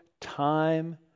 time